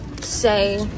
say